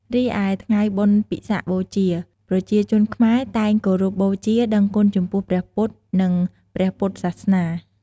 រីឯថ្ងៃបុណ្យពិសាខបូជា ប្រជាជនខ្មែរតែងគោរពបូជា ដឹងគុណចំពោះព្រះពុទ្ធ និងព្រះពុទ្ធសាសនា។